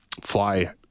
fly